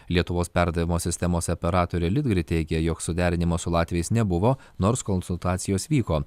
lietuvos perdavimo sistemos operatorė litgrid teigia jog suderinimo su latviais nebuvo nors konsultacijos vyko